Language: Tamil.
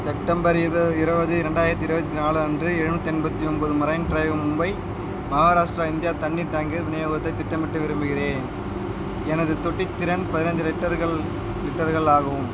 செப்டம்பர் இரு இருபது ரெண்டாயிரத்தி இருபத்தி நாலு அன்று எழுநூற்றி எண்பத்தி ஒன்பது Marine Drive Mumbai Maharashtra India தண்ணீர் டேங்கர் விநியோகத்தை திட்டமிட்ட விரும்புகிறேன் எனது தொட்டி திறன் பதினைஞ்சு லிட்டர்கள் லிட்டர்கள் ஆகவும்